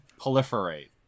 proliferate